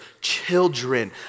children